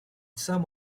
some